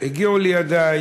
הגיע לידי